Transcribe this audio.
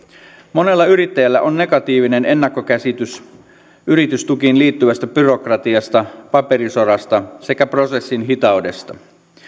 monella yrittäjällä on negatiivinen ennakkokäsitys yritystukiin liittyvästä byrokratiasta paperisodasta sekä prosessin hitaudesta